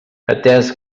atès